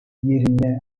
yerinde